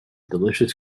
delicious